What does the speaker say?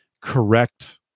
correct